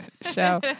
show